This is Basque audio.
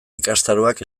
ikastaroak